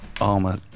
armor